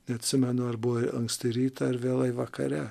neatsimenu ar buvo anksti rytą ar vėlai vakare